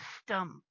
stump